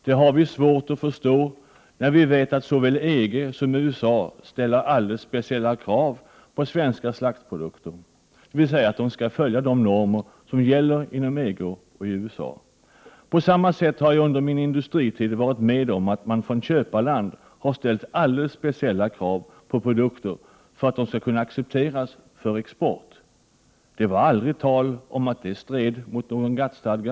Det har vi svårt att förstå när vi vet att såväl EG som USA ställer alldeles speciella krav på svenska slaktprodukter, dvs. att produkterna skall följa de normer som gäller inom EG och i USA. På samma sätt har jag under min industritid varit med om att man från köparland har ställt alldeles speciella krav på produkterna för att de skall kunna accepteras för export. Det var aldrig tal om att det stred mot någon GATT-stadga.